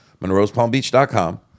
Monroe'sPalmBeach.com